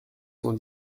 cent